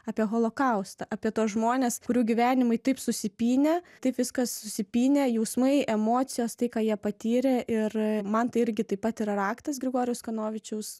apie holokaustą apie tuos žmones kurių gyvenimai taip susipynę taip viskas susipynę jausmai emocijos tai ką jie patyrė ir man tai irgi taip pat yra raktas grigorijaus kanovičiaus